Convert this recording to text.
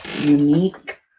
Unique